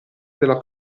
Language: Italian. della